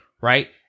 right